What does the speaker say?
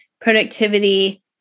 productivity